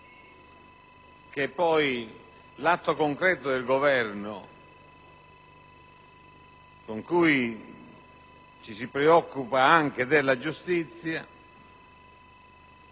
che poi l'atto concreto del Governo, con cui ci si preoccupa anche della giustizia,